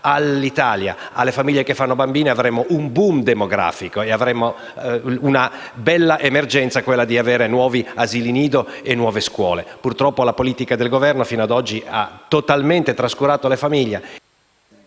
all'Italia alle famiglie che fanno bambini, avremmo un *boom* demografico, e dovremmo fronteggiare una bella emergenza: quella di avere nuovi asili nido e nuove scuole. Purtroppo la politica del Governo, fino ad oggi, ha totalmente trascurato la famiglia.